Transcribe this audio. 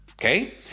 Okay